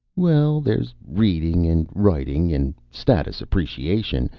well, there's reading and writing and status appreciation,